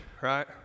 right